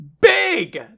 big